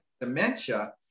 dementia